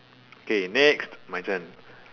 okay next my turn